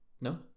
no